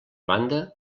banda